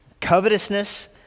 Covetousness